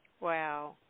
Wow